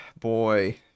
Boy